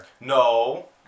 No